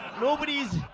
Nobody's